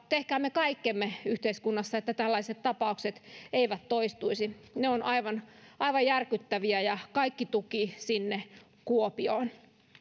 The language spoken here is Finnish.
tehkäämme kaikkemme yhteiskunnassa että tällaiset tapaukset eivät toistuisi ne ovat aivan aivan järkyttäviä ja kaikki tuki sinne kuopioon